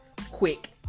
quick